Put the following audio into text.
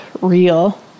real